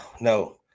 No